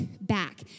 back